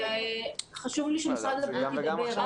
חשוב לי שמשרד הבריאות ידבר,